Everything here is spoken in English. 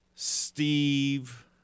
Steve